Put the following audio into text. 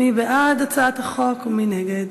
מי בעד הצעת החוק ומי נגד?